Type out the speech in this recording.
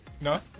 No